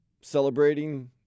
celebrating